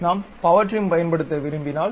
நான் power trim பயன்படுத்த விரும்பினால்